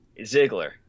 Ziggler